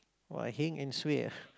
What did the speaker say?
!wah! heng and suay ah